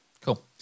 Cool